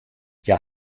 hja